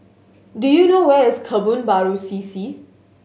do you know where is Kebun Baru C C